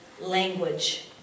language